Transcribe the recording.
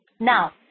Now